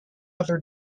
other